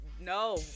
no